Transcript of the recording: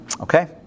Okay